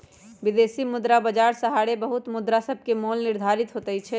विदेशी मुद्रा बाजार सहारे बहुते मुद्रासभके मोल निर्धारित होतइ छइ